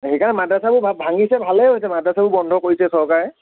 সেইকাৰণে মাদ্ৰাছাবোৰ ভাঙিছে ভালে হৈছে মাদ্ৰাছাবোৰ বন্ধ কৰিছে চৰকাৰে